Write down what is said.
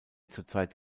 zurzeit